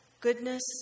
goodness